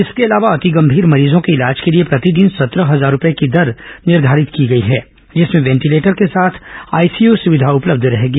इसके अलावा अति गंभीर मरीजों के इलाज के लिए प्रतिदिन सत्रह हजार रूपए की दर निर्घारित की गई है जिसमें वेंटिलेटर के साथ आईसीयू सुविधा उपलब्ध रहेगी